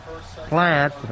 plant